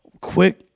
Quick